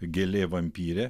gėlė vampyrė